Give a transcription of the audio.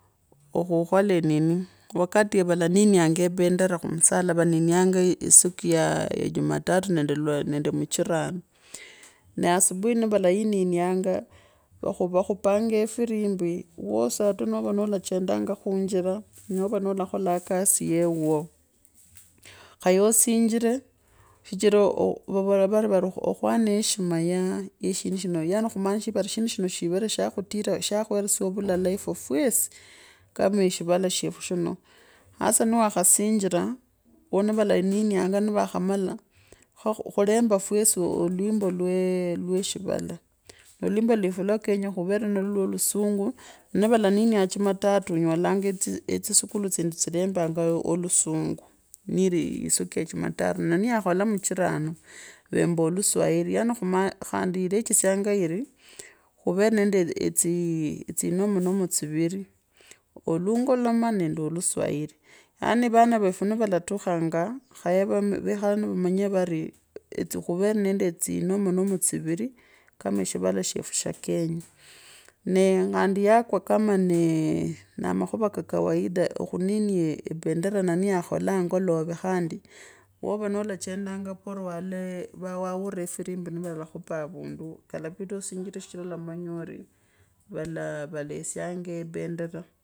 Okhukho enini wakati ya valaninianga ebendera khumuvala vaninanga esiku ya jumatatu nende ijumaa muchirano nee asubui nivalaininwanga vakhupanga efirimbi wosi ataove nolachendanga khunjora nwa nolakholanga ekasi yeeuwo khaye osinjire shichira vavola okhwana heshima ya shindu shino yaani khumaanisha vari shindu shino sha khutira shakhweresya valale efwe fwesi kama eshivala shaefu shiwo has ani wakha sinjira ooh nwo valaninianga ni va khumala kha khulemba fwasi alwimbo fwee eshivala nee lwimbo lwefu ivaa kenya luveveo fwo lusungu nivala niniyanga jumatatu onyolaa etisukulu tsindi tsrembaanga olusungu niiri musuku ye chumatatu nee niye khola usiku ya muchirano veemba oliswaluli yaani khumaa khandi yaani vano refu nwalatukhanga khaye vekhale nivamanye vanii etsi khuvere nande tsinomo nomo tswiri kama shivola shefu sha kenya vee khandiyakwaa kama nee na makhuva ka kwaida okhunya ebendora na niyakhola ongolove khandi avona nola chendanga waalola noo waaura efirimbi valakhupanga havuundi kalafita osinjire shichira olamanye ori vala vale yesyanjia ebendera.